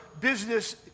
business